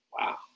wow